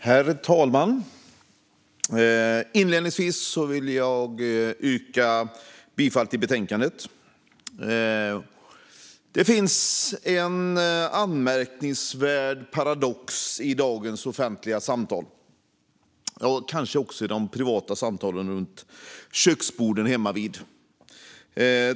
Herr talman! Inledningsvis yrkar jag bifall till förslaget i betänkandet. Det finns en anmärkningsvärd paradox i dagens offentliga samtal; ja, kanske också i de privata samtalen runt köksborden hemmavid.